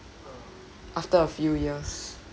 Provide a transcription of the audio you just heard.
after a few years